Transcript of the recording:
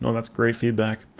um that's great feedback.